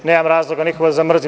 Nemam razloga nekoga da mrzim.